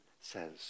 says